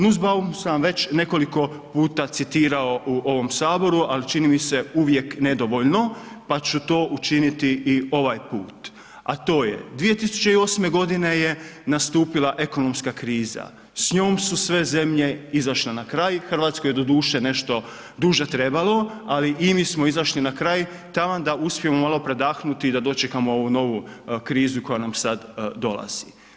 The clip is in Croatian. Nussbaum sam već nekoliko puta citirao u ovom Saboru ali čini mi se uvijek nedovoljno pa ću to učiniti i ovaj put a to je 2008. g je nastupila ekonomska kriza, s njom su sve zemlje izašle na kraj, Hrvatskoj je doduše nešto duže trebalo ali i mi smo izašli na kraj, taman da uspijemo malo predahnuti i da dočekamo ovu novu krizu koja nam sad dolazi.